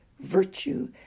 virtue